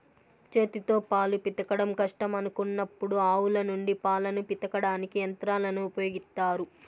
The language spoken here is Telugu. చేతితో పాలు పితకడం కష్టం అనుకున్నప్పుడు ఆవుల నుండి పాలను పితకడానికి యంత్రాలను ఉపయోగిత్తారు